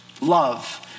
love